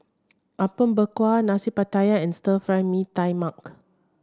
Apom Berkuah Nasi Pattaya and Stir Fry Mee Tai Mak